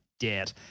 dead